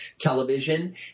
television